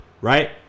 right